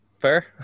Fair